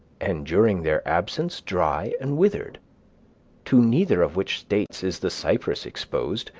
and during their absence dry and withered to neither of which states is the cypress exposed,